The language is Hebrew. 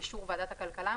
באישור ועדת הכלכלה,